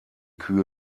kühe